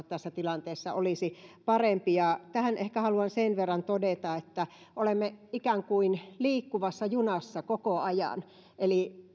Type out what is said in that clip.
tässä tilanteessa olisi parempi tähän ehkä haluan sen verran todeta että olemme ikään kuin liikkuvassa junassa koko ajan eli